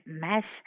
mess